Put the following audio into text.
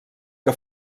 que